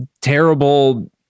terrible